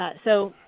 ah so